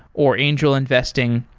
or angel investing,